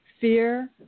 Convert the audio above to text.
fear